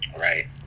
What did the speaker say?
Right